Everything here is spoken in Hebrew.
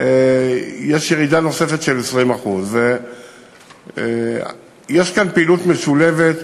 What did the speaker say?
יש ירידה נוספת של 20%. יש כאן פעילות משולבת: